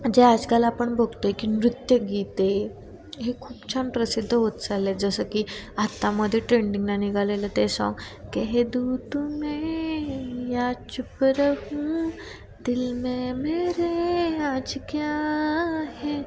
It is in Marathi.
जे आजकाल आपण बघतो आहे की नृत्यगीते हे खूप छान प्रसिद्ध होत चालले जसं की आत्ता मध्ये ट्रेंडिंगला निघालेलं ते सॉन्ग कह दू तुम्हे या चुप रहूं दिल मे मेरे आज क्या है